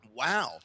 Wow